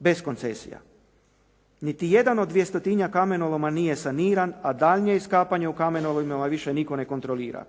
bez koncesija. Niti jedan od dvjestotinjak kamenoloma nije saniran a daljnje iskapanje u kamenolomima više nitko ne kontrolira.